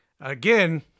again